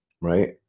right